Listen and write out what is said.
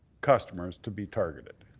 customers to be targeted.